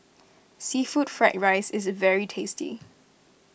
Seafood Fried Rice is very tasty